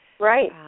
Right